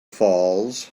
falls